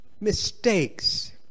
Mistakes